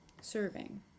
serving